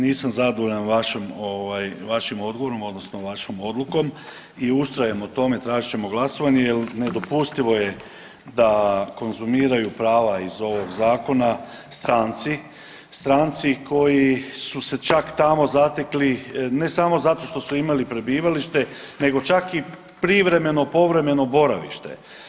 Nisam zadovoljan vašom ovaj vašim odgovorom odnosno vašom odlukom i ustrajemo u tome, tražit ćemo glasovanje jel nedopustivo je da konzumiraju prava iz ovog zakona stranci, stranci koji su se čak tamo zatekli ne samo zato što su imali prebivalište nego čak i privremeno, povremeno boravište.